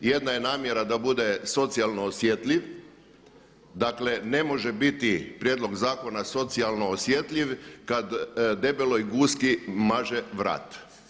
Jedna je namjera da bude socijalno osjetljiv, dakle ne može biti prijedlog zakona socijalno osjetljiv kad debeloj guski maže vrat.